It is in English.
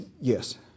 yes